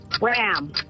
Ram